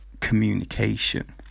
communication